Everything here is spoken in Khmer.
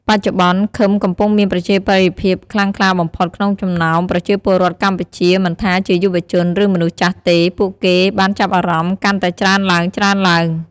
បច្ចុប្បន្ន ឃឹមកំពុងមានប្រជាប្រិយភាពខ្លាំងក្លាបំផុតក្នុងចំណោមប្រជាពលរដ្ឋកម្ពុជាមិនថាជាយុវជន ឬមនុស្សចាស់ទេ ពួកគេបានចាប់អារម្មណ៍កាន់តែច្រើនឡើងៗ។